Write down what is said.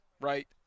right